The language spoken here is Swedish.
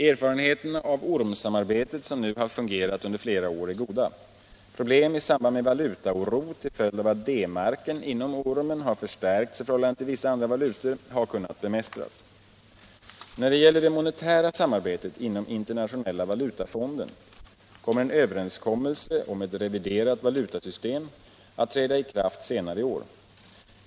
Erfarenheterna av ormsamarbetet, som nu har fungerat under flera år, är goda. Problem i samband med valutaoro till följd av att D-marken inom ormen har förstärkts i förhållande till vissa andra valutor har kunnat bemästras. När det gäller det monetära samarbetet inom Internationella valutafonden kommer en överenskommelse om ett reviderat valutasystem att träda i kraft senare i år.